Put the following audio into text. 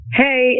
hey